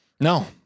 No